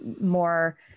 more